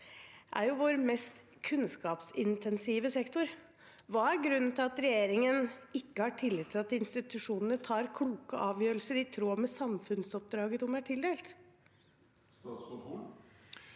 er jo vår mest kunnskapsintensive sektor. Hva er grunnen til at regjeringen ikke har tillit til at institusjonene tar kloke avgjørelser i tråd med samfunnsoppdraget de er tildelt? Statsråd